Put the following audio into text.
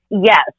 Yes